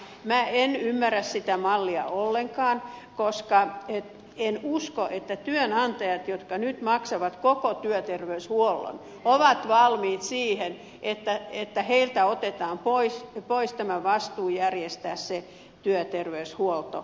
minä en ymmärrä sitä mallia ollenkaan koska en usko että työnantajat jotka nyt maksavat koko työterveyshuollon ovat valmiit siihen että heiltä otetaan pois tämä vastuu järjestää se työterveyshuolto